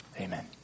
Amen